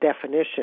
definition